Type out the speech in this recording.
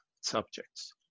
subjects